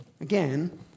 again